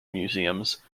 museums